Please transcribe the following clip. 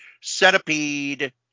Centipede